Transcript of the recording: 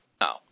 No